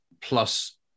plus